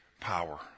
power